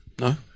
No